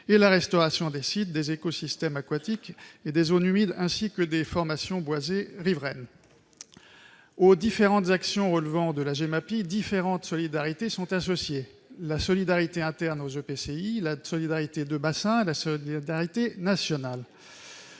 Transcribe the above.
et la restauration des sites, des écosystèmes aquatiques et des zones humides, ainsi que des formations boisées riveraines. Aux différentes actions relevant de la Gemapi, différentes solidarités sont associées : la solidarité interne aux EPCI, la solidarité de bassin et la solidarité nationale.